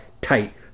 tight